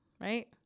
right